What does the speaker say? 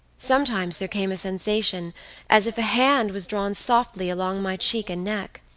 sometimes there came a sensation as if a hand was drawn softly along my cheek and neck.